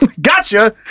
gotcha